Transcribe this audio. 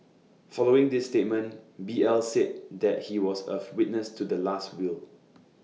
following this statement B L said that he was of witness to the Last Will